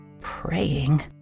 praying